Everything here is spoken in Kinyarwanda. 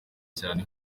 cyane